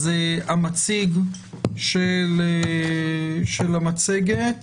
המציג של המצגת